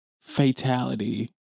Fatality